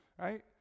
right